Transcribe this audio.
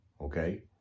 okay